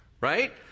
right